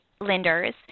lenders